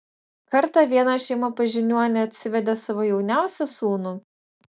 kartą viena šeima pas žiniuonį atsivedė savo jauniausią sūnų